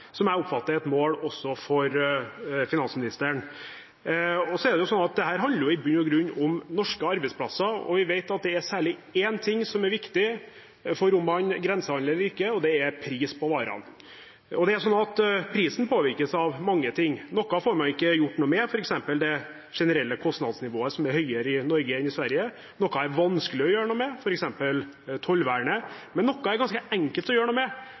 som jeg oppfatter er et mål også for finansministeren. Dette handler i bunn og grunn om norske arbeidsplasser. Og vi vet at det er særlig én ting som er viktig for om man grensehandler eller ikke, og det er prisen på varene. Prisen påvirkes av mange ting. Noe får man ikke gjort noe med, f.eks. det generelle kostnadsnivået, som er høyere i Norge enn i Sverige. Noe er det vanskelig å gjøre noe med, f.eks. tollvernet. Men noe er det ganske enkelt å gjøre noe med,